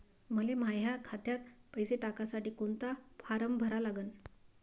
मले माह्या खात्यात पैसे टाकासाठी कोंता फारम भरा लागन?